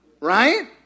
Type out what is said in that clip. Right